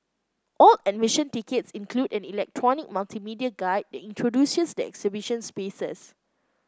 all admission tickets include an electronic multimedia guide that introduces the exhibition spaces